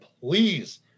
please